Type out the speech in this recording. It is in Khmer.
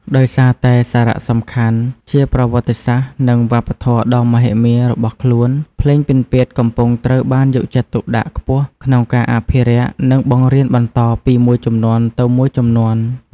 ដោយសារតែសារៈសំខាន់ជាប្រវត្តិសាស្ត្រ និងវប្បធម៌ដ៏មហិមារបស់ខ្លួន ភ្លេងពិណពាទ្យកំពុងត្រូវបានយកចិត្តទុកដាក់ខ្ពស់ក្នុងការអភិរក្ស និងបង្រៀនបន្តពីមួយជំនាន់ទៅមួយជំនាន់។